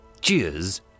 Cheers